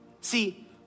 See